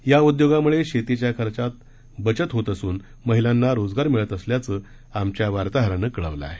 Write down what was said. या उद्योगामुळे शेतीच्या खर्चात बचत होऊन महिलांना रोजगार मिळत असल्याचं आमच्या वार्ताहरानं कळवलं आहे